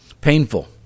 Painful